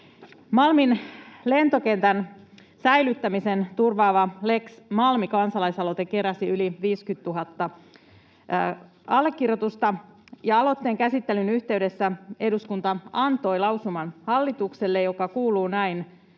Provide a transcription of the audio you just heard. Malmin lentokentän säilyttämisen turvaamista koskeva Lex Malmi ‑kansalaisaloite keräsi yli 50 000 allekirjoitusta, ja aloitteen käsittelyn yhteydessä eduskunta antoi hallitukselle lausuman, joka kuuluu näin: